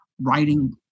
writing